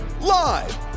live